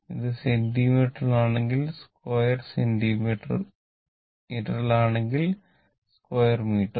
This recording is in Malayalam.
ഇത് സെന്റിമീറ്ററാണെങ്കിൽ സ്ക്വരെ സെന്റിമീറ്റർ മീറ്ററാണെങ്കിൽ സ്ക്വരെ മീറ്റർ